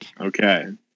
Okay